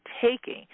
taking